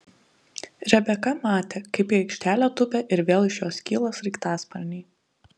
rebeka matė kaip į aikštelę tupia ir vėl iš jos kyla sraigtasparniai